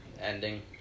ending